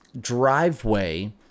driveway